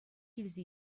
илсе